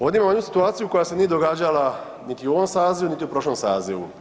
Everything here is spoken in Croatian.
Ovdje imamo jednu situaciju koja se nije događala niti u ovom sazivu niti u prošlom sazivu.